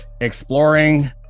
exploring